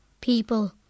people